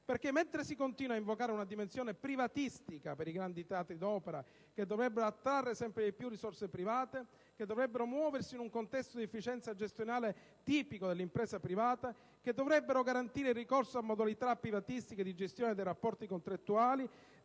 da una parte si continua a invocare una dimensione privatistica per i grandi teatri d'opera, che dovrebbero attrarre sempre di più risorse private, che dovrebbero muoversi in un contesto di efficienza gestionale tipico dell'impresa privata, che dovrebbero garantire il ricorso a modalità privatistiche di gestione dei rapporti contrattuali,